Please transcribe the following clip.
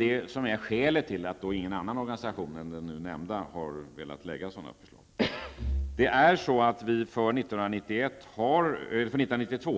Det är väl skälet till att ingen annan organisation än den nu nämnda har velat lägga fram ett sådant förslag. Vi har för 1992,